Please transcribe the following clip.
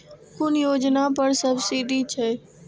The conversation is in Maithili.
कुन योजना पर सब्सिडी छै?